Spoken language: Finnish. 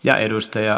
ja ihmiselle